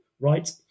right